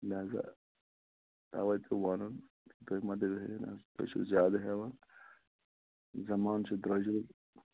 لہذا اَوے پیٚو وَنُن تُہۍ ما دٔپۍ ہیٖوٗ تۅہہِ چھِوٕ زیادے ہیٚوان زَمانہٕ چھُ درٛۅجرُک